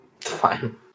fine